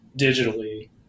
digitally